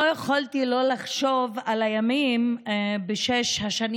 לא יכולתי שלא לחשוב על הימים בשש השנים